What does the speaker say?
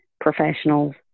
professionals